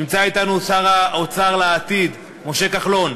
נמצא אתנו שר האוצר לעתיד משה כחלון.